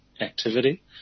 activity